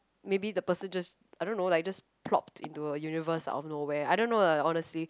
maybe the person just I don't know just plopped into a universe out of nowhere I don't know lah honestly